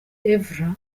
evra